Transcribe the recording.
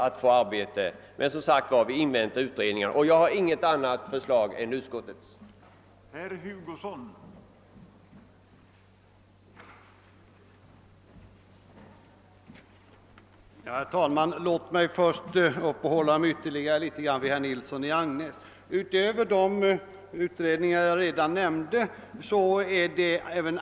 Men vi väntar som sagt på resultatet av utredningarna, och jag har inget annat yrkande än om bifall till utskottets förslag.